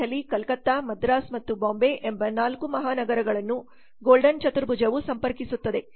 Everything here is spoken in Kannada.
ದೆಹಲಿ ಕಲ್ಕತ್ತಾ ಮದ್ರಾಸ್ ಮತ್ತು ಬಾಂಬೆ ಎಂಬ 4 ಮಹಾನಗರಗಳನ್ನು ಗೋಲ್ಡನ್ ಚತುರ್ಭುಜವು ಸಂಪರ್ಕಿಸುತ್ತದೆ